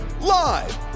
live